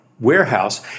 warehouse